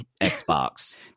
Xbox